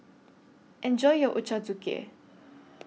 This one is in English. Enjoy your Ochazuke